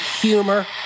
humor